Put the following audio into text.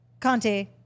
Conte